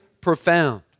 profound